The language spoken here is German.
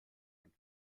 ein